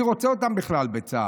מי רוצה אותם בכלל בצה"ל?